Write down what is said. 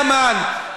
מאמ"ן,